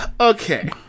Okay